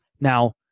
Now